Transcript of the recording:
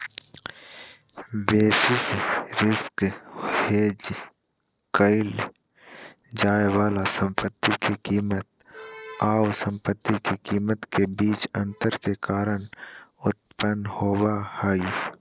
basis risk hedge क़इल जाय वाला संपत्ति के कीमत आऊ संपत्ति के कीमत के बीच अंतर के कारण उत्पन्न होबा हइ